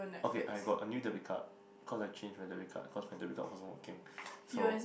okay I got a new debit card cause I change my debit card cause my debit card wasn't working so